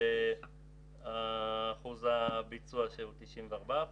אחוז הביצוע הוא 94%,